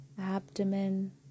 abdomen